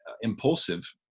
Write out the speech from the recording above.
impulsive